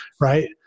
right